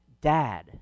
Dad